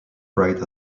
bright